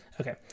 Okay